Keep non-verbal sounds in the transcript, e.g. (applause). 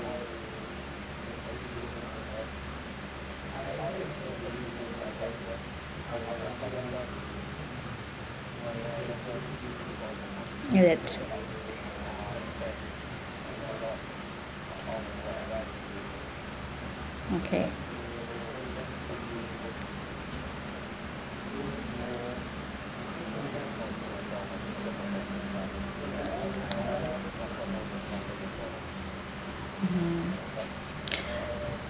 ya it's okay mm (noise)